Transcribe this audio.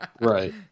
Right